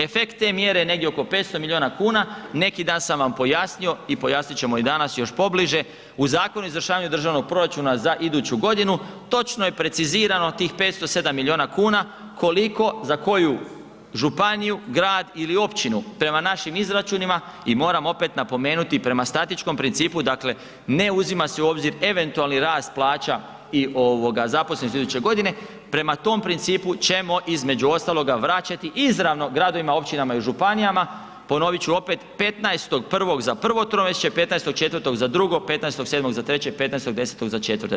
Efekt te mjere je negdje oko 500 milijuna kuna, neki dan sam vam pojasnio i pojasnit ćemo i danas još pobliže, u Zakonu o izvršavanju državnog proračuna za iduću godinu, točno je precizirano tih 507 milijuna kuna koliko za koju županiju, grad ili općinu prema našim izračunima i moram opet napomenuti prema statičko principu dakle, ne uzima se u obzir eventualni rast plaća i zaposlenosti iduće godine, prema tom principu ćemo između ostaloga vraćati izravno gradovima, općinama i županijama, ponovit ću opet, 15.1. za prvo tromjesečje, 15.4. za drugo, 15.7. za treće i 15.10. za četvrto.